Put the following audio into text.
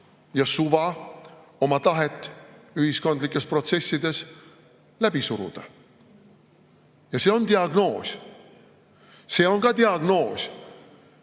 ja suva oma tahet ühiskondlikes protsessides läbi suruda. Ja see on diagnoos. See on ka diagnoos,